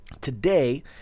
Today